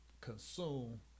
consume